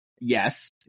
yes